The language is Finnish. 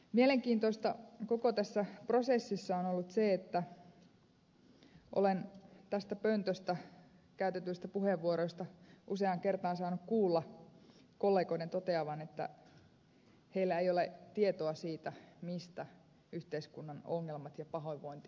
mielenkiintoista koko tässä prosessissa on ollut se että olen tästä pöntöstä käytetyistä puheenvuoroista useaan kertaan saanut kuulla kollegoiden toteavan että heillä ei ole tietoa siitä mistä yhteiskunnan ongelmat ja pahoinvointi juontavat juurensa